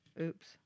Oops